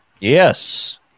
Yes